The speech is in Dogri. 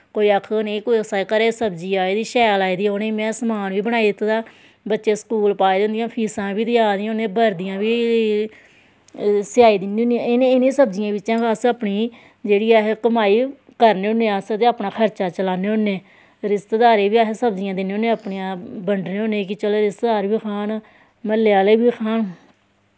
कोई आखग निं कुसै दे घरे दी सब्जी आई दी शैल आई दी उ'नेंगी में समान बी बनाई दित्ते दा बच्चे स्कूल पाए दे उं'दियां फीसां बी देआ नी उं'दियां बर्दियां बी सयाई दिन्नी होन्नी इ'नें इ'नें सब्जियैं बिच्चा गै अस अपनी जेह्ड़ी अस कमाई करने होन्ने अस ते अपना खर्चा चलाने होन्ने रिश्तेदारें बी अस सब्जियां दिन्ने होन्ने अपनियां बंडने होन्ने कि चल रिश्तेदार बी खान म्हल्ले आह्ले बी खान